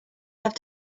have